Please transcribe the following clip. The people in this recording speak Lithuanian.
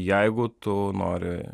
jeigu tu nori